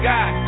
God